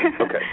Okay